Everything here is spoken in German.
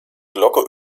glocke